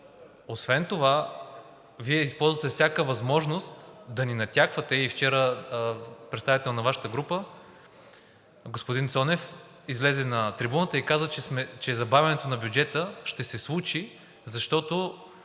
Освен това Вие използвате всяка възможност да ни натяквате. И вчера представител на Вашата група, господин Цонев, излезе на трибуната и каза, че забавянето на бюджета ще се случи, защото,